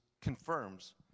confirms